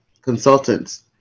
consultants